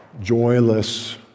joyless